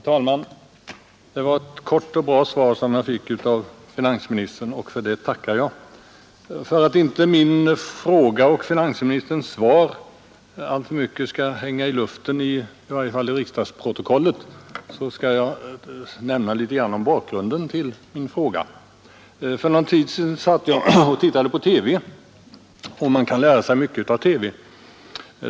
Herr talman! Det var ett kort och bra svar som jag fick av finansministern, och jag tackar för det. För att inte min fråga och finansministerns svar alltför mycket skall hänga i luften, i varje fall i riksdagsprotokollet, skall jag nämna litet grand om bakgrunden till min fråga. För någon tid sedan satt jag och tittade på TV — och man kan lära sig mycket genom TV.